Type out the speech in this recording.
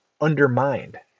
undermined